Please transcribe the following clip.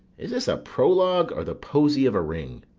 is this a prologue, or the posy of a ring?